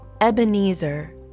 Ebenezer